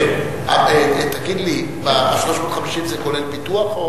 תגיד לי, 350,000 זה כולל פיתוח?